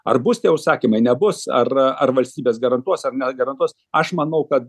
ar bus tie užsakymai nebus ar ar valstybės garantuos ar negarantuos aš manau kad